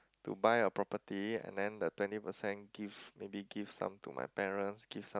to buy a property and then the twenty percent give maybe give some to my parents give some